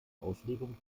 auslegung